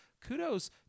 kudos